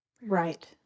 Right